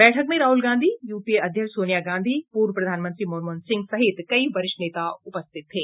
बैठक में राहुल गांधी यूपीए अध्यक्ष सोनिया गांधी पूर्व प्रधानमंत्री मनमोहन सिंह सहित कई वरिष्ठ नेता उपस्थित थे